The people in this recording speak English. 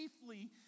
safely